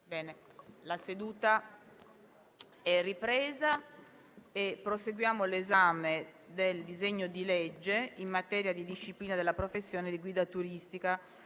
una nuova finestra"). Proseguiamo l'esame del disegno di legge in materia di disciplina della professione di guida turistica.